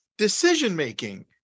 decision-making